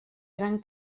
gran